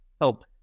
help